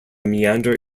meander